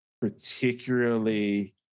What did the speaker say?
particularly